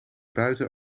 buiten